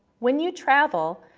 when you travel,